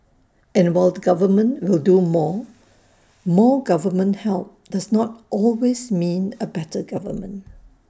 and while the government will do more more government help does not always mean A better government